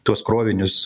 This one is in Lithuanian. tuos krovinius